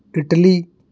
Italy